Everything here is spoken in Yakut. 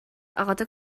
аҕата